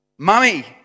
Mummy